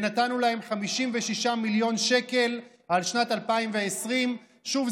ונתנו להם 56 מיליון שקל על שנת 2020. שוב,